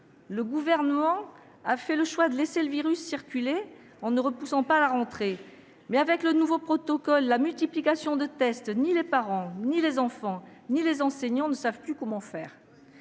Le Gouvernement a fait le choix de laisser le virus circuler en ne repoussant pas la rentrée. Mais, avec le nouveau protocole et la multiplication des tests, ni les parents, ni les enfants, ni les enseignants ne savent comment faire.